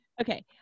Okay